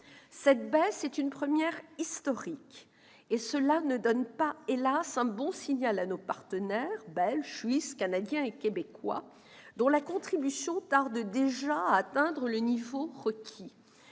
Cette baisse est une première historique, et cela ne donne pas, hélas, un bon signal à nos partenaires belge, suisse, canadien et québécois, dont la contribution tarde déjà à atteindre le niveau requis.